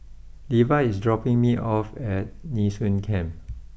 Leva is dropping me off at Nee Soon Camp